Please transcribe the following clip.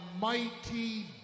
mighty